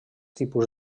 tipus